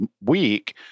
week